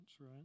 right